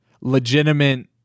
legitimate